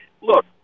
look